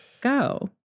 go